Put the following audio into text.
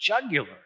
jugular